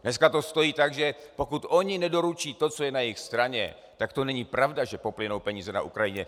Dneska to stojí tak, že pokud oni nedoručí to, co je na jejich straně, tak to není pravda, že poplynou peníze na Ukrajinu.